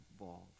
involved